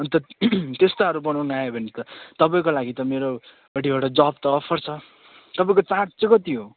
अन्त त्यस्ताहरू बनाउन आयो भने त तपाईँको लागि त मेरोपट्टिबाट जब त अफर छ तपाईँको चार्ज चाहिँ कति हो